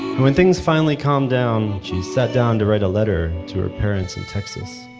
when things finally calmed down, she sat down to write a letter to her parents in texas.